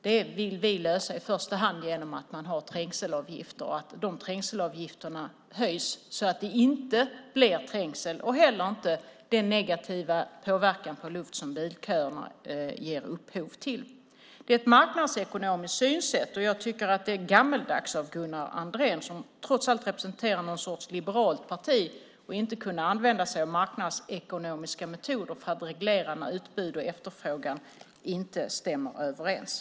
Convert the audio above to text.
Vi vill i första hand lösa dem genom trängselavgifter, genom att höja avgifterna så att trängsel inte uppstår och därmed inte heller den negativa påverkan på luft som bilköerna ger upphov till. Det är ett marknadsekonomiskt synsätt, och jag tycker att det är gammalmodigt av Gunnar Andrén, som trots allt representerar någon sorts liberalt parti, att inte kunna använda sig av marknadsekonomiska metoder för att reglera utbud och efterfrågan när de inte stämmer överens.